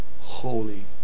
Holy